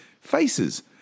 faces